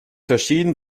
verschieden